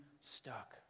stuck